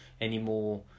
anymore